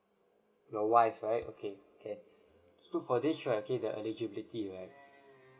your wife right okay can so for this right okay the eligibility right